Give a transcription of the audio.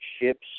ships